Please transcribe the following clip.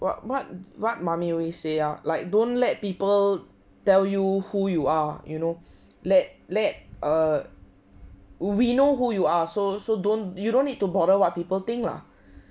what what what mommy always say ah like don't let people tell you who you are you know let let err we know who you are so so don't you don't need to bother what people think lah